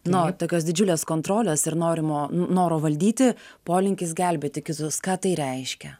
nuo tokios didžiulės kontrolės ir norimo noro valdyti polinkis gelbėti kitus ką tai reiškia